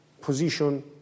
position